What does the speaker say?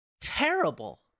terrible